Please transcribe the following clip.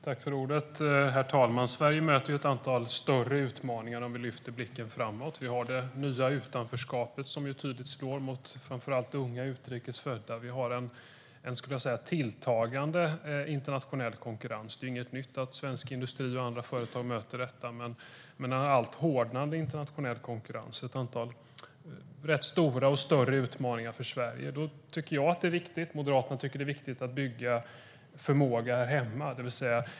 Herr talman! Om vi lyfter blicken ser vi att Sverige möter ett antal större utmaningar framöver. Vi har det nya utanförskapet, som tydligt slår mot framför allt unga utrikes födda. Vi har en tilltagande internationell konkurrens. Det är inget nytt att svensk industri och andra företag möter detta, men det är en alltmer hårdnande internationell konkurrens. Det är ett antal rätt stora och allt större utmaningar för Sverige. Då tycker jag och Moderaterna att det är viktigt att bygga förmåga här hemma.